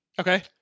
Okay